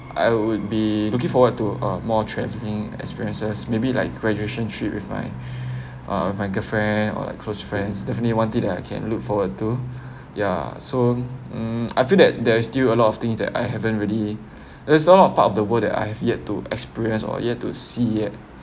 I would be looking forward to uh more travelling experiences maybe like graduation trip with my uh my girlfriend or like close friends definitely one thing I can look forward to ya so hmm I feel that there is still a lot of thing that I haven't really there's a lot of part of the world that I have yet to experience or yet to see it yet